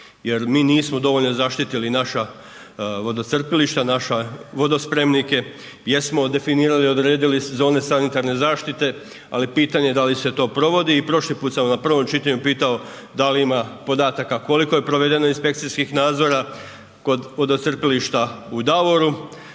jer mi nismo dovoljno zaštitili naša vodocrpilišta, naša vodospremnike, jesmo definirali, odredili zone sanitarne zaštite, ali pitanje da li se to provodi. I prošli put sam na prvom čitanju pitao da li ima podataka koliko je provedeno inspekcijskih nadzora, kod vodocrpilišta u Davoru